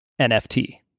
NFT